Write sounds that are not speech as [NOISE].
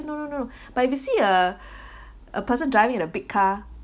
no no no [BREATH] but if you see a a person driving in a big car